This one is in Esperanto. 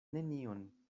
nenion